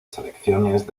selecciones